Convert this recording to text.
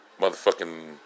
motherfucking